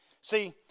See